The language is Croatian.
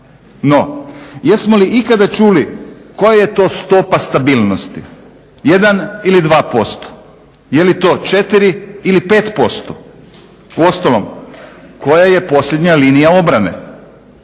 no jesmo li ikada čuli koja je to stopa stabilnosti, 1 ili 2%, je li to 4 ili 5%. Uostalom, koja je posljednja linija obrane